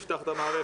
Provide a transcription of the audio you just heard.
אם נפתח את המערכת,